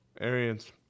Arians